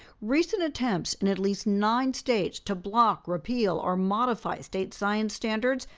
recent attempts, in at least nine states, to block, repeal or modify state science standards,